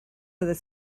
oeddet